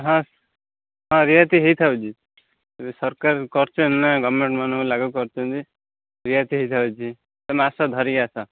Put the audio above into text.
ହଁ ହଁ ରିହାତି ହେଇ ଥାଉଛି ଏବେ ସରକାର କରିଛନ୍ତି ନା ଗମେଣ୍ଟ ମାନଙ୍କୁ ଲାଗୁ କରିଛନ୍ତି ରିହାତି ହେଇଥାଉଛି ତୁମେ ଆସ ଧରିକି ଆସ